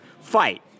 fight